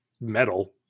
metal